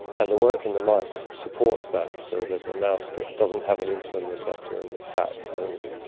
and the work in the mice supports that, and so there's a mouse that doesn't have an insulin receptor in the fat only,